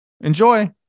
enjoy